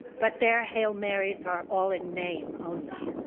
but their hail marys are all in name, only